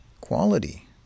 quality